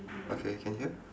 okay can hear